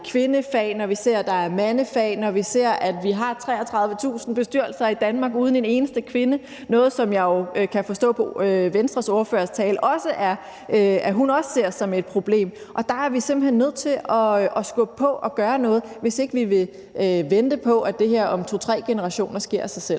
kvindefag og mandefag, og vi ser, at der er 33.000 bestyrelser i Danmark uden en eneste kvinde – noget, som jeg jo kan forstå på Venstres ordførers tale at hun også ser som et problem. Og der er vi simpelt hen nødt til at skubbe på og gøre noget, hvis ikke vi vil vente på, at det her om to-tre generationer sker af sig selv.